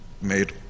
made